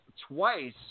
twice